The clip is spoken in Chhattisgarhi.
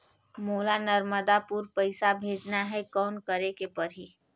मोला नर्मदापुर पइसा भेजना हैं, कौन करेके परही?